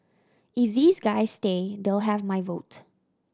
if these guys stay they'll have my vote